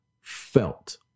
felt